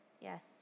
Yes